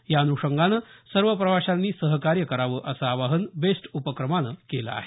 या अनुषंगानं सर्व प्रवाशांनी सहकार्य करावं असं आवाहन बेस्ट उपक्रमानं केलं आहे